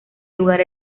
lugar